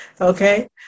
Okay